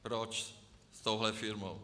Proč s touhle firmou.